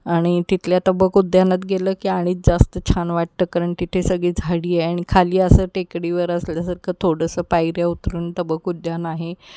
आणि तिथल्या तबक उद्यानात गेलं की आणि जास्त छान वाटतं कारण तिथे सगळी झाडी आहे आणि खाली असं टेकडीवर असल्यासारखं थोडंसं पायऱ्या उतरून तबक उद्यान आहे